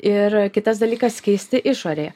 ir kitas dalykas keisti išorė